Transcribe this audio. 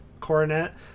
Coronet